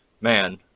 man